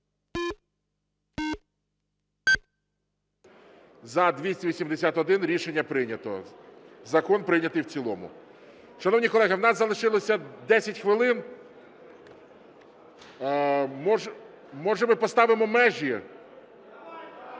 За-281 Рішення прийнято. Закон прийнятий в цілому. Шановні колеги, у нас залишилося 10 хвилин, може, ми поставимо межі?